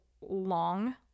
long